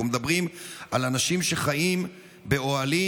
אנחנו מדברים על אנשים שחיים באוהלים